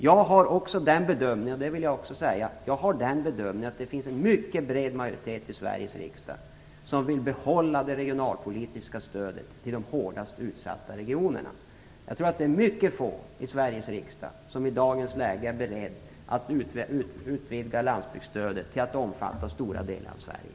Jag gör den bedömningen att det finns en mycket bred majoritet i Sveriges riksdag som vill behålla det regionalpolitiska stödet till de hårdast utsatta regionerna. Jag tror att det är mycket få ledamöter i Sveriges riksdag som i dagens läge är beredda att utvidga landsbygdsstödet till att omfatta stora delar av Sverige.